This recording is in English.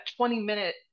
20-minute